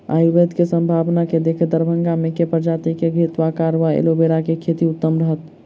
आयुर्वेद केँ सम्भावना केँ देखैत दरभंगा मे केँ प्रजाति केँ घृतक्वाइर वा एलोवेरा केँ खेती उत्तम रहत?